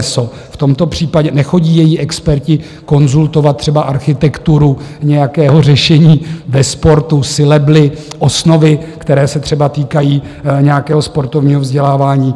V tomto případě nechodí její experti konzultovat třeba architekturu nějakého řešení ve sportu, sylaby, osnovy, které se třeba týkají nějakého sportovního vzdělávání.